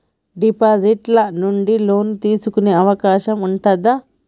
Deposit ల నుండి loan తీసుకునే అవకాశం ఉంటదా?